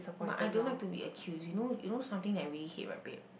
but I don't like to be accused you know you know something that I really hate right babe